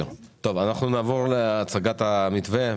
אנחנו נעבור להצגת המתווה.